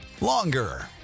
longer